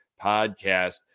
podcast